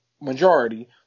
majority